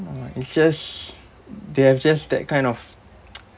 know why it's just they have just that kind of